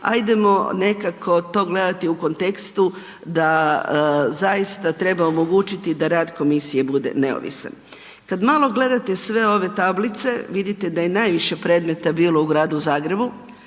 ajdemo nekako to gledati u kontekstu da zaista treba omogućiti da rad komisije bude neovisan. Kad malo gledate sve ove tablice, vidite da je najviše predmeta bilo u gradu Zagrebu